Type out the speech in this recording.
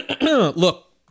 look